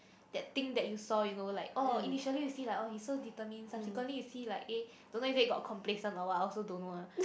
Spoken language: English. that thing that you saw you know like orh initially you see like orh he so determined subsequently you see like eh don't know if they got complacent or what also don't know ah